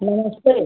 नमस्ते